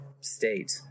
state